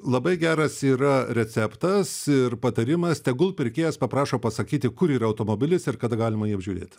labai geras yra receptas ir patarimas tegul pirkėjas paprašo pasakyti kur yra automobilis ir kada galima jį apžiūrėti